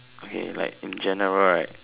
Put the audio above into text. okay like in general right